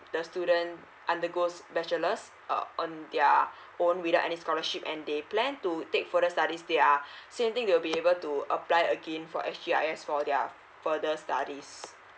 the student undergoes bachelors uh um on their own without any scholarship and they plan to take further studies they are same thing they will be able to apply again for s g i s for their further studies